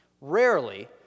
Rarely